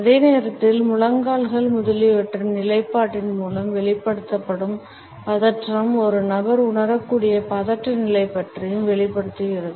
அதே நேரத்தில் முழங்கால்கள் முதலியவற்றின் நிலைப்பாட்டின் மூலம் வெளிப்படுத்தப்படும் பதற்றம் ஒரு நபர் உணரக்கூடிய பதட்ட நிலை பற்றியும் வெளிப்படுத்துகிறது